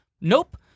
Nope